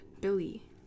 Billy